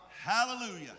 hallelujah